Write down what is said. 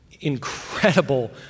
incredible